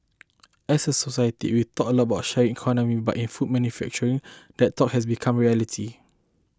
as a society we talk a lot about the sharing economy but in food manufacturing that talk has become reality